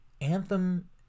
Anthem